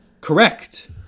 Correct